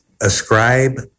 ascribe